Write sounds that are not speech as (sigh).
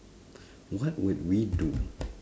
(breath) what would we do